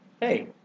Hey